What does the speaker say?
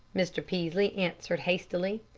mr. peaslee answered hastily.